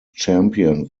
champion